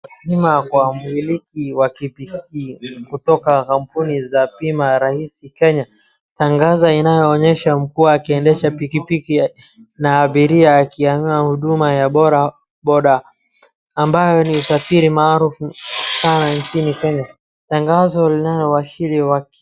Bima kwa mmiliki wa pikipiki kutoka kampuni za bima rahisi Kenya, tangazo inayoonyesha mkuu akiendesha pikipiki na abiria akiamua huduma ya boda boda ambayo ni usafiri maarufu sana nchini Kenya, tangazo linaloashiria waki.